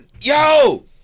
Yo